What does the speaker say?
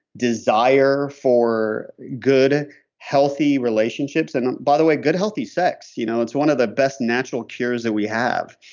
desire for good healthy relationships. and by the way, good healthy sex. you know it's one of the best natural cures that we have.